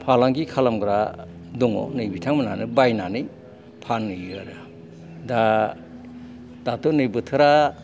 फालांगि खालामग्रा दङ नै बिथांमोनानो बायनानै फानहैयो दा दाथ' नै बोथोरा